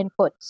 inputs